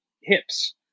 hips